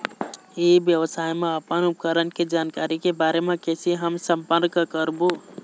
ई व्यवसाय मा अपन उपकरण के जानकारी के बारे मा कैसे हम संपर्क करवो?